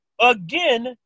again